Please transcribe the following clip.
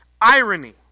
irony